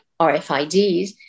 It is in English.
RFIDs